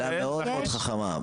שאלה מאוד חכמה,